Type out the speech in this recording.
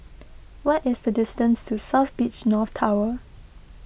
what is the distance to South Beach North Tower